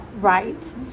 right